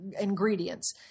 ingredients